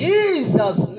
Jesus